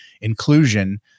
inclusion